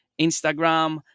Instagram